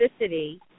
toxicity